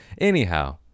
Anyhow